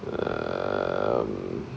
err